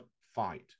fight